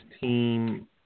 team